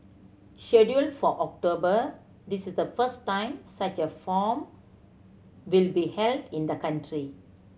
scheduled for October this is the first time such a form will be held in the country